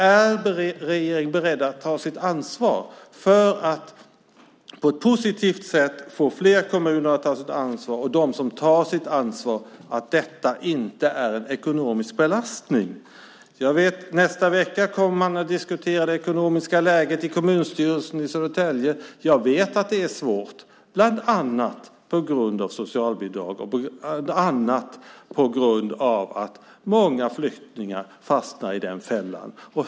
Är regeringen beredd att på ett positivt sätt få fler kommuner att ta sitt ansvar och också se till att det inte är en ekonomisk belastning för dem som tar sitt ansvar? Nästa vecka kommer man att i kommunstyrelsen i Södertälje att diskutera det ekonomiska läget. Jag vet att det är svårt bland annat på grund av socialbidragen och att många flyktingar fastnar i den fällan.